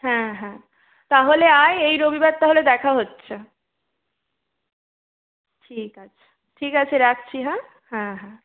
হ্যাঁ হ্যাঁ তাহলে আয় এই রবিবার তাহলে দেখা হচ্ছে ঠিক আছে ঠিক আছে রাখছি হ্যাঁ হ্যাঁ হ্যাঁ